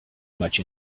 much